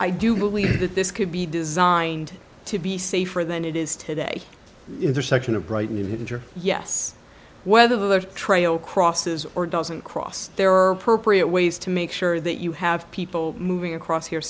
i do believe that this could be designed to be safer than it is today intersection of brighton injure yes whether the trail crosses or doesn't cross there are appropriate ways to make sure that you have people moving across here